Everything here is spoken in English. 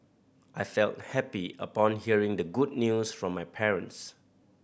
I felt happy upon hearing the good news from my parents